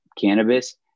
cannabis